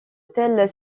telles